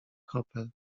kropel